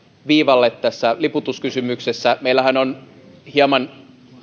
viivalle tässä liputuskysymyksessä meillähän on hieman